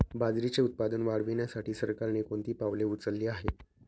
बाजरीचे उत्पादन वाढविण्यासाठी सरकारने कोणती पावले उचलली आहेत?